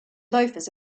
loafers